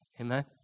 Amen